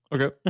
Okay